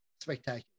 spectacular